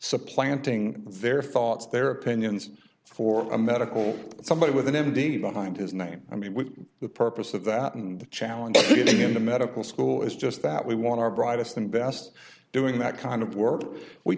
supplanting their thoughts their opinions for a medical somebody with an m d behind his name i mean the purpose of that and the challenge of getting into medical school is just that we want our brightest and best doing that kind of work we